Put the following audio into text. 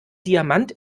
diamant